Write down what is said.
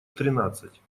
тринадцать